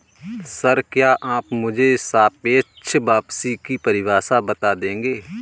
Sir, क्या आप मुझे सापेक्ष वापसी की परिभाषा बता देंगे?